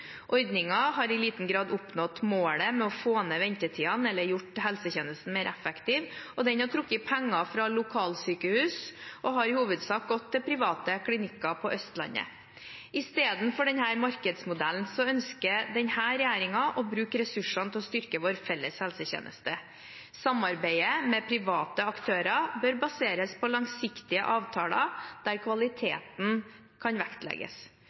har i liten grad oppnådd målet om å få ned ventetidene eller gjort helsetjenesten mer effektiv. Den har trukket penger fra lokalsykehus og har i hovedsak gått til private klinikker på Østlandet. Istedenfor denne markedsmodellen ønsker denne regjeringen å bruke ressursene til å styrke vår felles helsetjeneste. Samarbeidet med private aktører bør baseres på langsiktige avtaler der kvaliteten kan vektlegges.